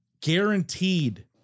Guaranteed